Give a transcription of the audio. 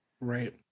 Right